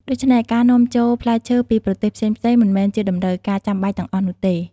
ដូច្នេះ ការនាំចូលផ្លែឈើពីប្រទេសផ្សេងៗមិនមែនជាតម្រូវការចាំបាច់ទាំងអស់នោះទេ។